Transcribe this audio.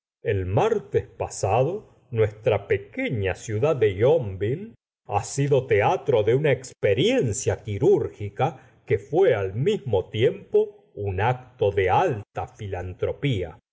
el martes pasado nuestra pequeña ciudad de yonville ha sido teatro de una experiencia quirúrgica que fué al mismo tiempo un acto de alta filantropía